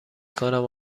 کنم